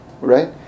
right